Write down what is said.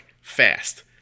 fast